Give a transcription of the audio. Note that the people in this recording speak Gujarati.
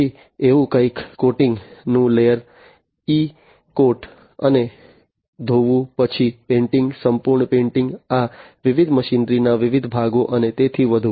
પછી એવું કંઈક કોટિંગનું લેયર ઇ કોટ અને ધોવું પછી પેઇન્ટિંગ સંપૂર્ણ પેઇન્ટિંગ આ વિવિધ મશીનરીના વિવિધ ભાગો અને તેથી વધુ